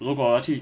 如果我要去